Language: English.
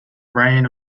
reign